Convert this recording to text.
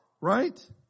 right